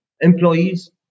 employees